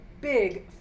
big